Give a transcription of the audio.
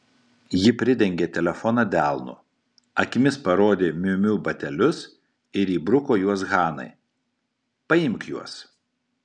ji pridengė telefoną delnu akimis parodė miu miu batelius ir įbruko juos hanai paimk juos